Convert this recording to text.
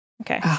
Okay